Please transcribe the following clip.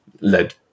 led